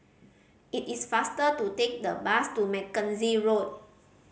it is faster to take the bus to Mackenzie Road